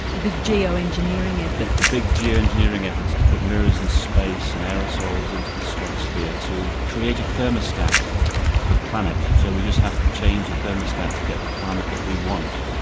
the big geo-engineering efforts. the the big geo-engineering efforts to put mirrors in space and aerosols into the stratosphere to create a thermostat for the planet, so we just have to change the thermostat to get the climate that we want.